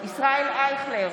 ישראל אייכלר,